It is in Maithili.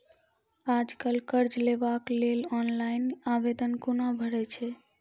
आज कल कर्ज लेवाक लेल ऑनलाइन आवेदन कूना भरै छै?